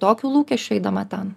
tokiu lūkesčiu eidama ten